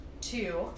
two